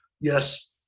yes